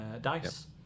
dice